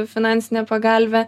finansinę pagalvę